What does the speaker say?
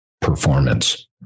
performance